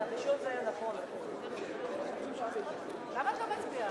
ההסתייגות הראשונה של קבוצת סיעת חד"ש לסעיף 1 לא נתקבלה.